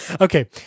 Okay